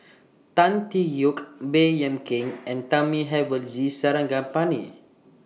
Tan Tee Yoke Baey Yam Keng and Thamizhavel G Sarangapani